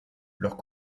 leurs